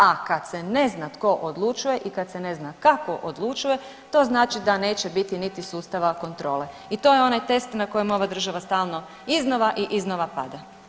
A kad se ne zna tko odlučuje i kad se ne zna kako odlučuje to znači da neće biti niti sustava kontrole i to je onaj test na kojem ova država stalno iznova i iznova pada.